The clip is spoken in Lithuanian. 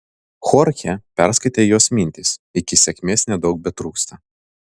chorchė perskaitė jos mintis iki sėkmės nedaug betrūksta